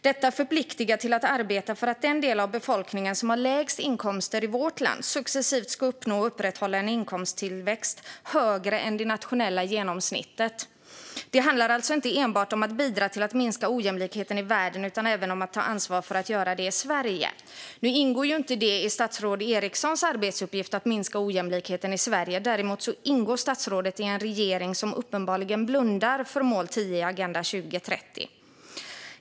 Detta förpliktar till att arbeta för att den del av befolkningen som har lägst inkomster i vårt land successivt ska uppnå och upprätthålla en inkomsttillväxt som är högre än det nationella genomsnittet. Det handlar alltså inte enbart om att bidra till att minska ojämlikheten i världen utan även om att ta ansvar för att göra det i Sverige. Nu ingår det inte i statsrådet Erikssons arbetsuppgift att minska ojämlikheten i Sverige, men däremot ingår statsrådet i en regering som uppenbarligen blundar för mål 10 i Agenda 2030.